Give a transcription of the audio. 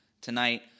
tonight